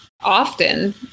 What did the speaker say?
often